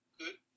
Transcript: good